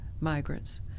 migrants